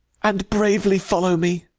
and bravely follow me.